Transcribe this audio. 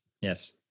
Yes